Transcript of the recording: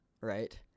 right